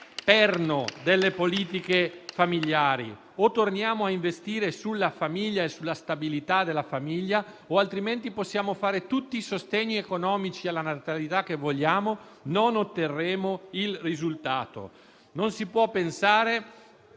perno delle politiche familiari: o torniamo a investire sulla famiglia e sulla sua stabilità o altrimenti possiamo fare tutti i sostegni economici alla natalità che vogliamo, ma non otterremo il risultato. Non si può pensare,